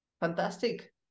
fantastic